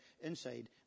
inside